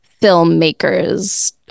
filmmakers